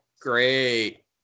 Great